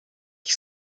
qui